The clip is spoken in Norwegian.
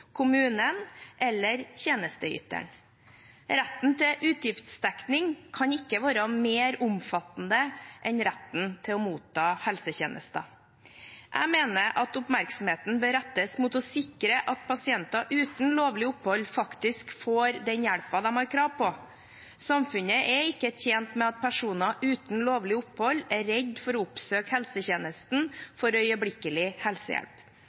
kommunen eller tjenesteyteren. Retten til utgiftsdekning kan ikke være mer omfattende enn retten til å motta helsetjenester. Jeg mener at oppmerksomheten bør rettes mot å sikre at pasienter uten lovlig opphold faktisk får den hjelpen de har krav på. Samfunnet er ikke tjent med at personer uten lovlig opphold er redde for å oppsøke helsetjenesten for øyeblikkelig helsehjelp.